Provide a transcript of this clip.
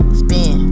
spin